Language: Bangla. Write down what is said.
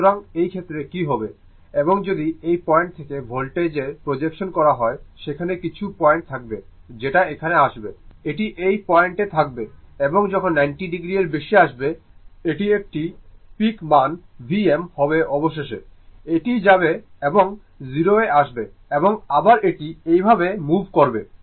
সুতরাং এই ক্ষেত্রে কি হবে এবং যদি এই পয়েন্ট থেকে ভোল্টেজের প্রজেকশন করা হয় সেখানে কিছু পয়েন্ট থাকবে যেটা এখানে আসবে এটি এই পোইন্টে থাকবে এবং যখন 90o এর বেশি আসবে এটি একটি পিক মান Vm হবে অবশেষে এটি যাবে এবং 0 এ আসবে এবং আবার এটি এইভাবে মুভ করবে